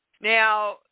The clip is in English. now